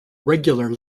regular